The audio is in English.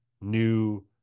new